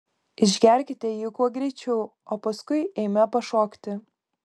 išgerkite jį kuo greičiau o paskui eime pašokti